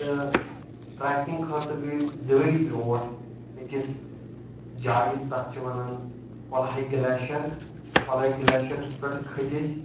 تہٕ ٹریکنگ خٲطرٕ گٔے أسۍ زٕ ؤری برونٛٹھ أکِس جایہِ تتھ چھِ ونان کۄلہے گلیشر کۄلہے گلیشرس پؠٹھ کھٔتۍ أسۍ